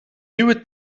nieuwe